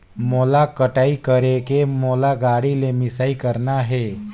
मोला कटाई करेके मोला गाड़ी ले मिसाई करना हे?